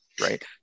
right